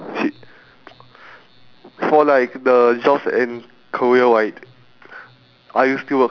maybe you should try it though but becareful like a lot of like uneducated people mainly from third world countries I would say